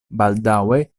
baldaŭe